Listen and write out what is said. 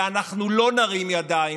ואנחנו לא נרים ידיים,